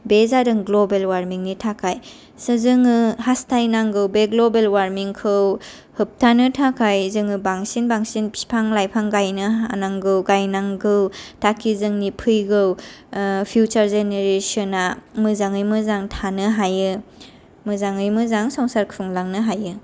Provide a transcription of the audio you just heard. बे जादों ग्ल'बेल वारमिंनि थाखायसो जोङो हास्थायनांगौ बे ग्ल'बेल वारमिं खौ होबथानो थाखाय जोङो बांसिन बांसिन बिफां लाइफां गायनो हानांगौ गायनांगौ थाखि जोंनि फैगौ फिउसार जेनेरेसना मोजाङै मोजां थानो हायो मोजाङै मोजां संसार खुंलांनो हायो